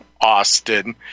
Austin